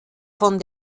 von